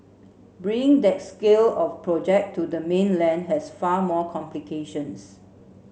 bringing that scale of project to the mainland has far more complications